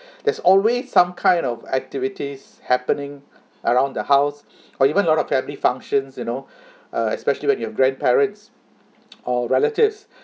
there's always some kind of activities happening around the house or even lot of family functions you know uh especially when you have grandparents or relatives